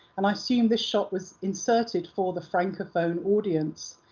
and i assume this shot was inserted for the francophone audience.